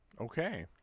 Okay